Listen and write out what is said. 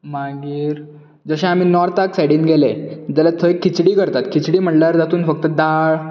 मागीर जशे आमी नोर्थाक सायडीन गेले जाल्यार थंय खिचडी करतात खिचडी म्हळ्यार जातूंत फक्त दाळ